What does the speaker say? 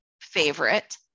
favorite